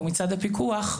או מצד הפיקוח,